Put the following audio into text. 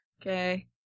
Okay